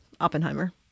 Oppenheimer